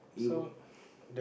he would